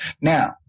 Now